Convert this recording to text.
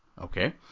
okay